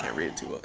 read it too well.